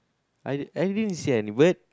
I I didn't see any bird